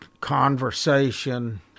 conversation